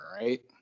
right